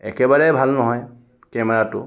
একেবাৰেই ভাল নহয় কেমেৰাটো